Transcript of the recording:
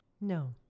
No